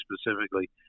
specifically